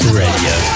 radio